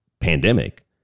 pandemic